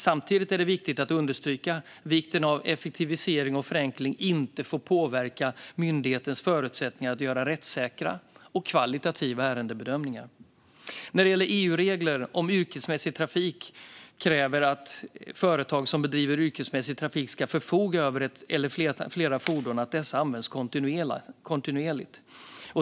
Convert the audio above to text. Samtidigt är det viktigt att understryka vikten av att effektivisering och förenkling inte får påverka myndighetens förutsättningar att göra rättssäkra och kvalitativa ärendebedömningar. När det gäller EU-regler om yrkesmässig trafik krävs att företag som bedriver yrkesmässig trafik ska förfoga över ett eller flera fordon och att dessa används kontinuerligt.